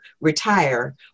retire